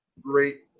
great